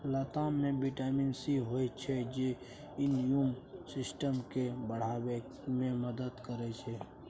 लताम मे vitamin C होइ छै जे इम्युन सिस्टम केँ बढ़ाबै मे मदद करै छै